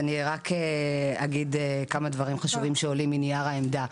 אז אני אגיד כמה דברים חשובים שעולים מנייר העמדה.